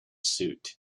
suit